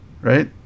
right